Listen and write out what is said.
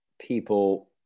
people